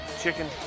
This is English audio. chicken